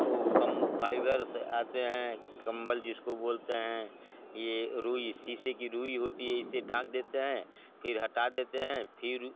वो कम फाइबर से आते हैं कंबल जिसको बोलते हैं ये रुई सीसे की रुई होती है इससे ढांक देते हैं फिर हटा देते हैं फिर